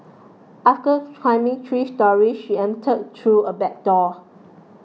after climbing three storeys she entered through a back door